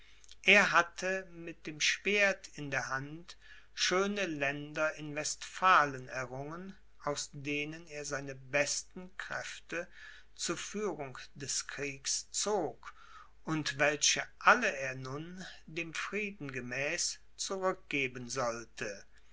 er hatte mit dem schwert in der hand schöne länder in westphalen errungen aus denen er seine besten kräfte zu führung des kriegs zog und welche alle er nun dem frieden gemäß zurückgeben sollte